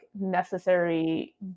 necessary